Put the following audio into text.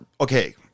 okay